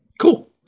Cool